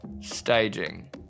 staging